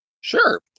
Sure